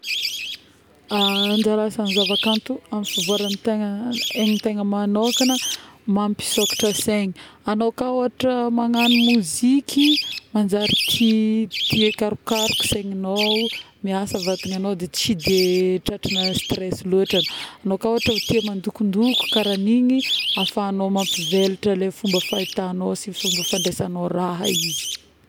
˂hesitation˃ anjara asan'ny zava-kanto afivoaragn'ny tegna tegna manokagna, mampisôkatra saigny, agnao ka ôhatra managno moziky manjary tia tia karokaroky saignignao, miasa vatanagnao de tsy de tratrigna stress lôtry, agnao ka ôhatra tia mandokondoko karaha igny afahagnao mampivelatra le fomba fahitagnao sy fomba fandraisagnao raha izy